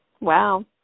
Wow